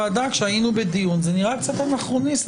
כשהיינו בדיון בוועדה זה נראה קצת אנכרוניסטי.